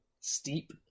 steep